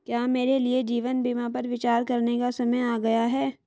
क्या मेरे लिए जीवन बीमा पर विचार करने का समय आ गया है?